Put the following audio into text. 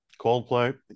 Coldplay